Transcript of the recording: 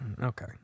okay